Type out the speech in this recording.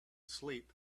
sleep